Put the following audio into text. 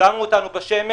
שמו אותנו בשמש